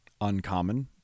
Uncommon